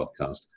podcast